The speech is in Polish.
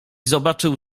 zobaczył